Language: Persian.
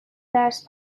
درس